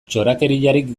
txorakeriarik